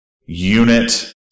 unit